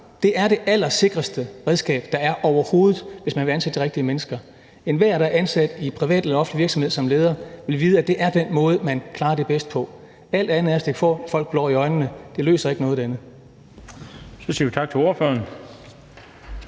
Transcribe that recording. Det er det sikreste redskab, der overhovedet er, hvis man vil ansætte de rigtige mennesker. Enhver, der er ansat i en privat eller offentlig virksomhed som leder, vil vide, at det er den måde, man klarer det bedst på. Alt andet er at stikke folk blår i øjnene; det løser ikke noget. Kl.